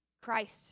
Christ